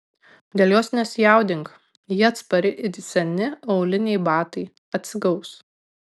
dėl jos nesijaudink ji atspari it seni auliniai batai atsigaus